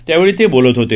त्यावेळी ते बोलत होते